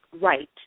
right